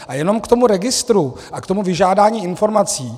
A jenom k tomu registru a k tomu vyžádání informací.